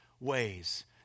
ways